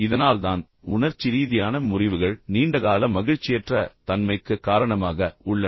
இதனால் தான் உணர்ச்சி ரீதியான முறிவுகள் நீண்டகால மகிழ்ச்சியற்ற தன்மைக்கு காரணமாக உள்ளன